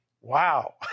Wow